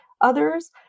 others